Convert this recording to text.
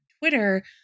Twitter